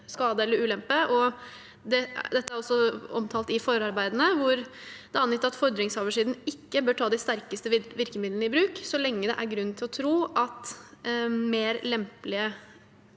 skade eller ulempe. Dette er også omtalt i forarbeidene, hvor det er angitt at fordringshaversiden ikke bør ta de sterkeste virkemidlene i bruk så lenge det er grunn til å tro at mer lempelige